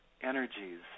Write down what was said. energies